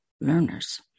learners